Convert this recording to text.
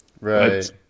Right